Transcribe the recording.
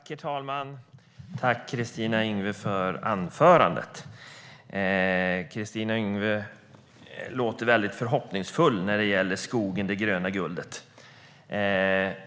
Herr talman! Tack, Kristina Yngwe, för anförandet! Kristina Yngwe låter väldigt förhoppningsfull när det gäller skogen, det gröna guldet.